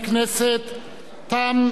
תם סדר-היום.